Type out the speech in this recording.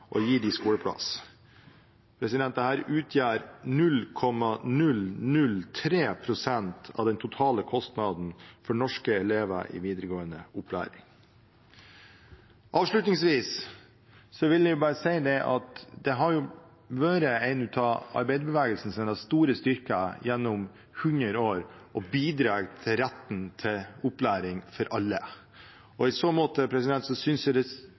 utgjør 0,003 pst. av den totale kostnaden for å ha norske elever i videregående opplæring. Avslutningsvis vil jeg bare si at det å bidra til retten til opplæring for alle har vært en av arbeiderbevegelsens store styrker gjennom 100 år. I så måte synes jeg det er sørgelig å se at Arbeiderpartiet i